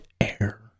air